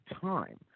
time